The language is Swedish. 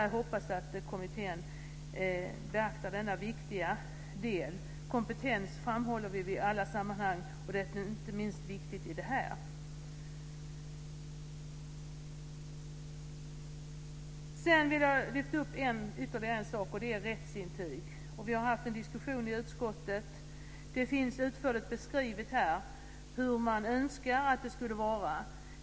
Jag hoppas att kommittén beaktar denna viktiga del. Vi framhåller kompetens i alla sammanhang, och det är inte minst viktigt i det här. Sedan vill jag lyfta upp ytterligare en sak, och det är rättsintyg. Vi har haft en diskussion om det i utskottet. Det finns utförligt beskrivet här hur man önskar att det skulle vara.